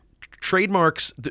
trademarks